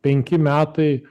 penki metai